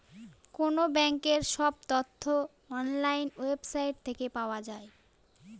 কোনো ব্যাঙ্কের সব তথ্য অনলাইন ওয়েবসাইট থেকে পাওয়া যায়